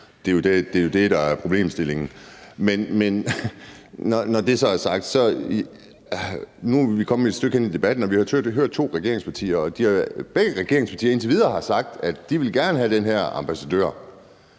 Det er jo det, der er problemstillingen. Men når det så er sagt, er vi nu kommet et stykke hen i debatten, og vi har hørt to regeringspartier, og indtil videre har de to regeringspartier sagt, at de gerne vil have den her ambassadør.